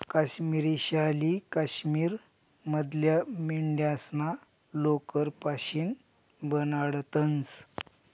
काश्मिरी शाली काश्मीर मधल्या मेंढ्यास्ना लोकर पाशीन बनाडतंस